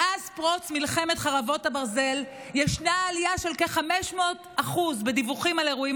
מאז פרוץ מלחמת חרבות ברזל יש עלייה של כ-500% בדיווחים על אירועים